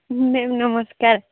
ma'am ନମସ୍କାର